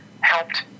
helped